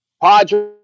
Padres